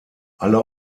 alle